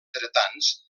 dretans